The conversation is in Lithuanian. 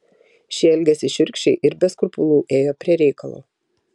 šie elgėsi šiurkščiai ir be skrupulų ėjo prie reikalo